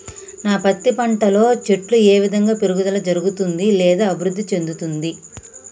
నా పత్తి పంట లో చెట్టు ఏ విధంగా పెరుగుదల జరుగుతుంది లేదా అభివృద్ధి చెందుతుంది?